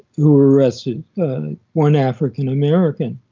who were arrested weren't african-american.